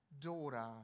daughter